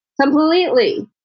completely